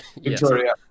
victoria